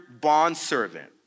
bondservant